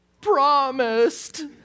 promised